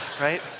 Right